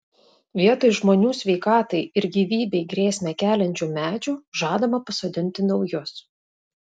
vietoj žmonių sveikatai ir gyvybei grėsmę keliančių medžių žadama pasodinti naujus